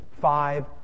Five